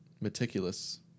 Meticulous